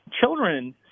children